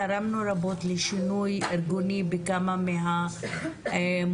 תרמנו רבות לשינוי ארגוני בכמה מהמוסדות